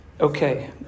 Okay